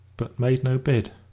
but made no bid.